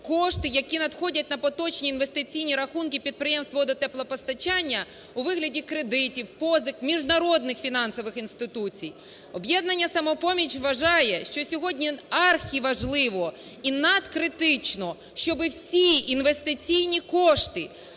кошти, які надходять на поточні інвестиційні рахунки підприємств водо-, теплопостачання у вигляді кредитів, позик, міжнародних фінансових інституцій. Об'єднання "Самопоміч" вважає, що сьогодні архіважливо і надкритично, щоби всі інвестиційні кошти